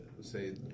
say